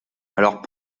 alors